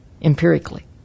empirically